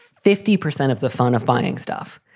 fifty percent of the fun of buying stuff,